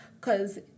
cause